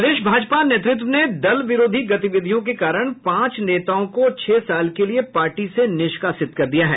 प्रदेश भाजपा नेतृत्व ने दल विरोधी गतिविधियों के कारण पांच नेताओं को छह साल के लिये पार्टी से निष्कासित कर दिया है